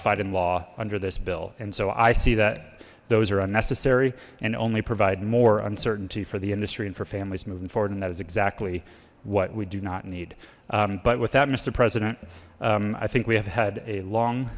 codified in law under this bill and so i see that those are unnecessary and only provide more uncertainty for the industry and for families moving forward and that is exactly what we do not need but with that mister president i think we have had a long